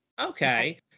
okay